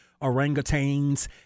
orangutans